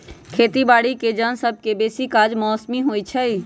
खेती बाड़ीके जन सभके बेशी काज मौसमी होइ छइ